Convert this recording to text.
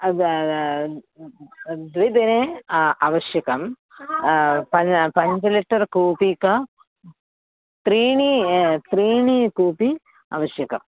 द्विदिने आवश्यकं पञ्च पञ्चलिटर् कूपी त्रीणि त्रीणि कूपी अवश्यकम्